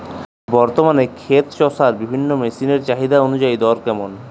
বর্তমানে ক্ষেত চষার বিভিন্ন মেশিন এর চাহিদা অনুযায়ী দর কেমন?